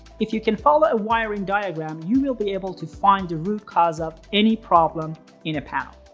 if you can follow a wiring diagram, you will be able to find the root cause of any problem in a panel!